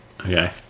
Okay